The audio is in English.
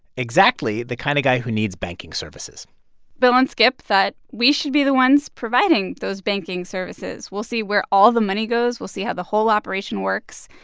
exactly the kind of guy who needs banking services bill and skip thought, we should be the ones providing those banking services. we'll see where all the money goes. we'll see how the whole operation works.